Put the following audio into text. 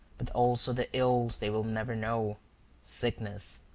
but also the ills they will never know sickness,